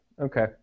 okay